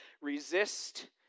resist